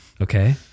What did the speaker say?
Okay